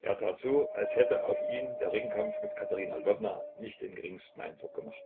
er tat so als hätte auf ihn der ringkampf mit katerina lwowna nicht den geringsten eindruck gemacht